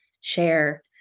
share